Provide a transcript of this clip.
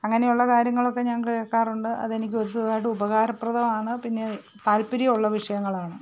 അങ്ങനെയുള്ള കാര്യങ്ങളൊക്കെ ഞാൻ കേൾക്കാറുണ്ട് അതെനിക്കൊരുപാട് ഉപകാരപ്രദമാണ് പിന്നെ താത്പര്യമുള്ള വിഷയങ്ങളാണ്